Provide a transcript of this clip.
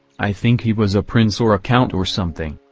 i think he was a prince or a count or something.